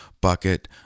bucket